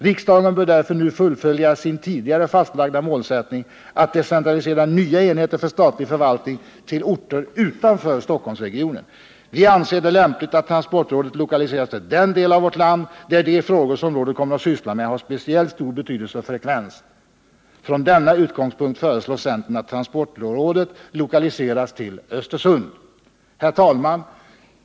Riksdagen bör därför nu fullfölja sin tidigare fastlagda målsättning att decentralisera nya enheter för statlig förvaltning till orter utanför Stockholmsregionen. Vi anser det lämpligt att transportrådet lokaliseras till den del av vårt land där de frågor som rådet kommer att syssla med har speciellt stor betydelse och frekvens. Från denna utgångspunkt föreslår centern att transportrådet lokaliseras till Östersund. Herr talman!